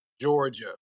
Georgia